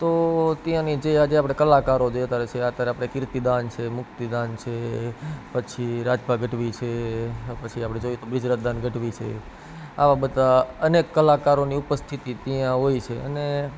તો ત્યાંની જે આપણે આ જે આપણે કલાકારો જે અત્યારે છે અત્યારે આપણે કીર્તિદાન છે મુક્તિદાન છે પછી રાજભા ગઢવી છે અને પછી આપણે જોઈએ તો પછી રાજદાન ગઢવી છે આવા બધા અનેક કલાકારોની ઉપસ્થિતિ ત્યાં હોય છે અને